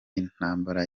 intambara